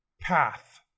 path